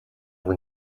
vous